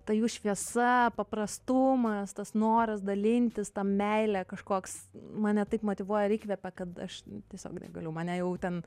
ta jų šviesa paprastumas tas noras dalintis ta meile kažkoks mane taip motyvuoja ir įkvepia kad aš tiesiog negaliu mane jau ten